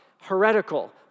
heretical